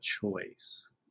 choice